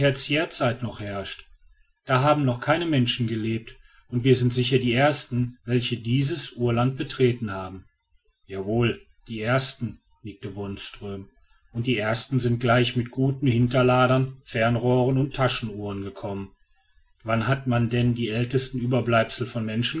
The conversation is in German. tertiärzeit noch herrscht da haben noch keine menschen gelebt und wir sind sicher die ersten welche dieses urland betreten haben jawohl die ersten nickte wonström und die ersten sind gleich mit guten hinterladern fernrohren und taschenuhren gekommen wann hat man denn die ältesten überbleibsel von menschen